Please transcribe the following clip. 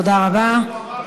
תודה רבה.